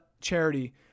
charity